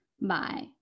Bye